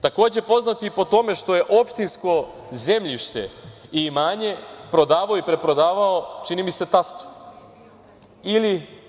Takođe, poznat je i po tome što je opštinsko zemljište i imanje prodavao i preprodavao, čini mi se tastu.